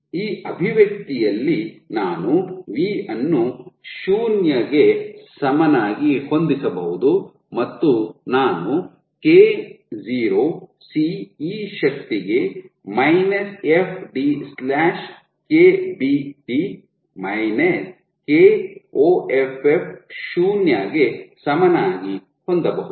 ಈ ಅಭಿವ್ಯಕ್ತಿಯಲ್ಲಿ ನಾನು ವಿ ಅನ್ನು ಶೂನ್ಯ ಗೆ ಸಮನಾಗಿ ಹೊಂದಿಸಬಹುದು ಮತ್ತು ನಾನು k0 C e ಶಕ್ತಿಗೆ fd KBT Koff ಶೂನ್ಯ ಗೆ ಸಮನಾಗಿ ಹೊಂದಬಹುದು